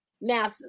Now